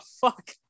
fuck